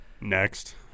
Next